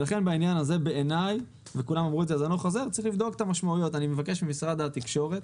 אני מבקש ממשרד התקשורת